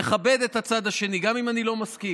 ולכבד את הצד השני, גם אם אני לא מסכים.